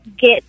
get